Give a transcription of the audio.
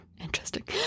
interesting